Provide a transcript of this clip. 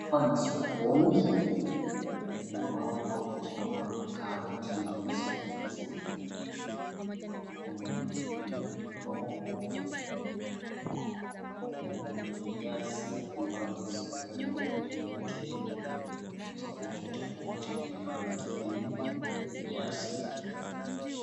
Hapa ni sokoni ambapo kuna karoti ambazo zinauzwa .Kuna mapilipili hoho, kuna viazi ambavyo vimewekwa kwenye mikebe kulingana na kipimo ya viazi.